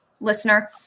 listener